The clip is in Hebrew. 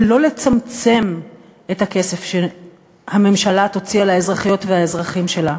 ולא לצמצם את הכסף שהממשלה תוציא על האזרחיות והאזרחים שלה.